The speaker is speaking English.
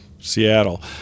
Seattle